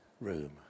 room